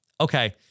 Okay